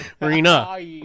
Marina